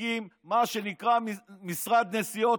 הוא הקים מה שנקרא משרד נסיעות,